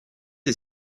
est